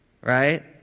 right